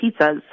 pizzas